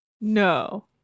No